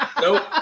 Nope